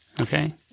okay